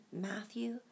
Matthew